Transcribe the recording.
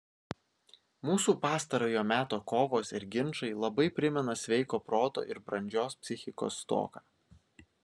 mūsų pastarojo meto kovos ir ginčai labai primena sveiko proto ir brandžios psichikos stoką